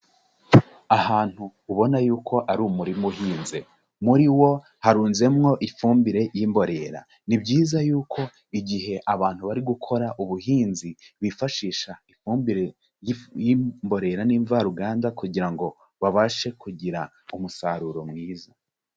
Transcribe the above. Ahantu ubona yuko ari umurima uhinze, muri wo harunzemwo ifumbire y'imborera. Ni byiza yuko igihe abantu bari gukora ubuhinzi bifashisha ifumbire y'imborera n'ivaruganda kugira ngo babashe kugira umusaruro mwiza.